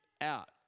out